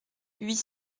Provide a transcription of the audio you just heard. huit